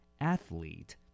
athlete